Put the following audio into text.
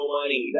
money